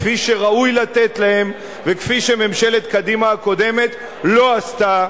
כפי שראוי לתת להם וכפי שממשלת קדימה הקודמת לא עשתה,